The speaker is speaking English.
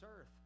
earth